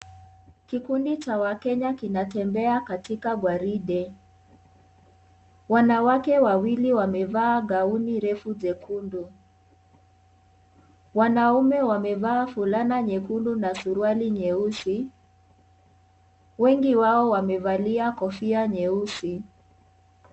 Kikundi cha wakenya kinatembe akatika gwaride. Wanawake wawili wamevaa gauni refu jekundu. Wanaume wamevaa fulana nyekundu na suruali nyeusi. Wengi wao wamevalia kofia nyeusi.